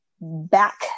back